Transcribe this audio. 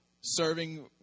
serving